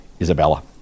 Isabella